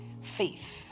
faith